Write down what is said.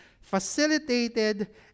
Facilitated